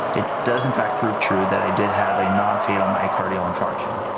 it does in fact prove true that i did have a non-fatal myocardial infarction.